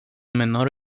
menor